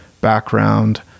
background